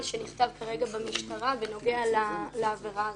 שנכתב כרגע במשטרה בנוגע לעבירה הזאת.